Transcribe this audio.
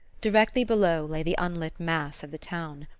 directly below lay the unlit mass of the town.